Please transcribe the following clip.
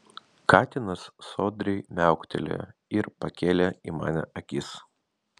katinas sodriai miauktelėjo ir pakėlė į mane akis